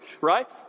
right